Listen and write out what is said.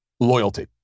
Loyalty